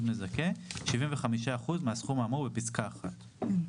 מזכה 75% מהסכום האמור בפסקה (1).